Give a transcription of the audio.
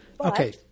Okay